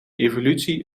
evolutie